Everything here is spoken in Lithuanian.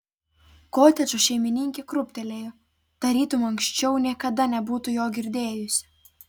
kotedžo šeimininkė krūptelėjo tarytum anksčiau niekada nebūtų jo girdėjusi